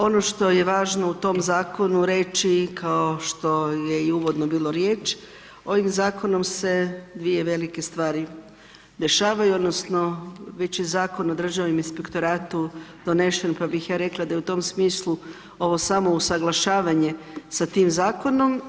Ono što je važno u tom zakonu reći kao što je i uvodno bilo riječ, ovim zakonom se dvije velike stvari dešavaju, odnosno već je Zakon o Državnom inspektoratu donešen pa bih ja rekla da je u tom smislu ovo samo usaglašavanje sa tim zakonom.